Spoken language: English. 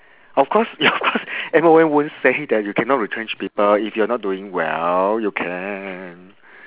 of course of course M_O_M won't say that you cannot retrench people if you're not doing well you can